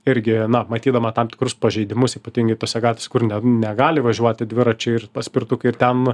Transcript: irgi na matydama tam tikrus pažeidimus ypatingai tose gatvėse kur ne negali važiuoti dviračiai ir paspirtukai ir ten